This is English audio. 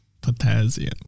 potassium